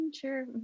Sure